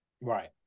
Right